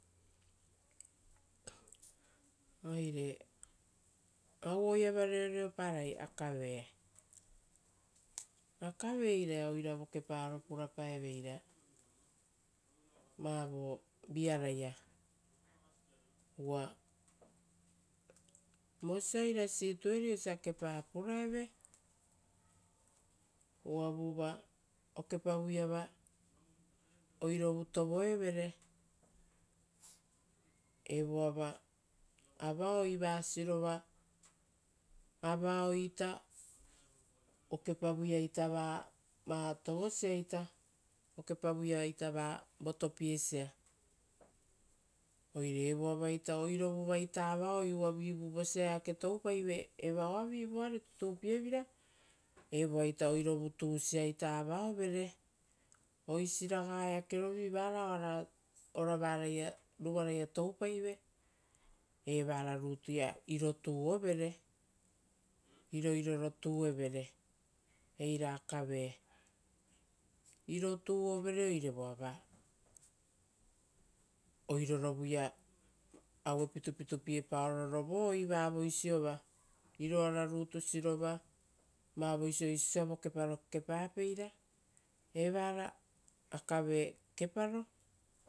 Oire auo iava reoreoparai akave, akave iria oira vokeparo purapaeveira vavo viaraia, uva vosia oira situeri osa kepa puraeve, uvavuva okepavuiava oirovovu tovoevere evoava avaoi va sirova, avaoita okepavuia ita va tovosia ita, okepavu iaitava votopiesia oire oirovuvaita avaoi uvavivure vosa eake toupaive, evaoavi voari tutupievira, evoaita oirovu tusiaita avaovere. Oisi raga eakerovi vara oara ora vara ruvaraia toupaive, evara rutuia iro tuovere, iroiro tuevere eira akave. Iro tuovere oire voava oirorovuia aue pitupitupiepaoro rovoi vavoisi iroararutu sirova, vavoisio. Uva oisio osia vokeparo kekepapeira evara akave keparo,